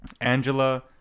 Angela